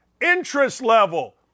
interest-level